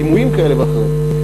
דימויים כאלה ואחרים.